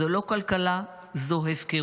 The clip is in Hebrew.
זו לא כלכלה, זו הפקרות.